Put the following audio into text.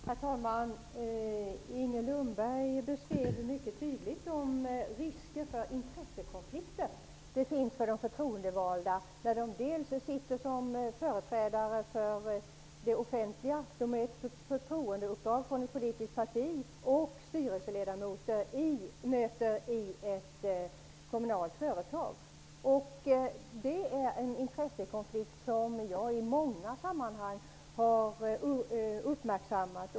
Herr talman! Inger Lundberg beskrev mycket tydligt de risker för intressekonflikter som finns för förtroendevalda när de dels sitter som företrädare för det offentliga -- ett förtroendeuppdrag från ett politiskt parti -- dels är styrelseledamöter i ett kommunalt företag. Det är en intressekonflikt som jag i många sammanhang har uppmärksammat.